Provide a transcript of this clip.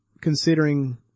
considering